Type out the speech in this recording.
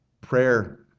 prayer